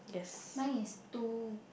mine is two